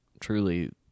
truly